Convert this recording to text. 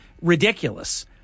ridiculous